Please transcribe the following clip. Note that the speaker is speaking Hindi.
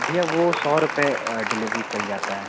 भैया वो सौ रुपये डिलीवरी चल जाता है